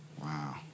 Wow